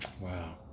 Wow